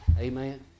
Amen